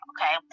Okay